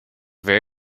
very